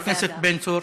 חבר הכנסת בן צור.